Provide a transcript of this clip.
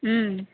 ம்